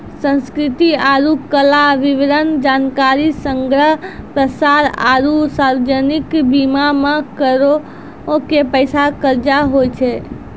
संस्कृति आरु कला, वितरण, जानकारी संग्रह, प्रसार आरु सार्वजनिक बीमा मे करो के पैसा खर्चा होय छै